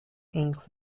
ink